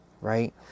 right